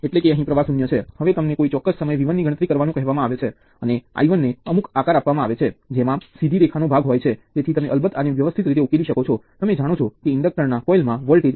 તેથી આનો અર્થ એ છે કે કિર્ફોફ ના પ્રવાહ ના નિયમ અનુસાર તત્વ A માં વહેતા જે પણ પ્રવાહ થાય છે તે તત્વ B માં પણ વહેશે કારણ કે તે સમાન નોડ સાથે જોડાયેલા છે અને બીજું કંઈ પણ તેની સાથે જોડાયેલ નથી